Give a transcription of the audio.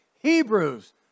Hebrews